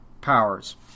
powers